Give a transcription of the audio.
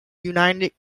united